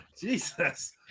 Jesus